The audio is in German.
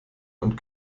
und